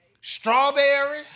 strawberry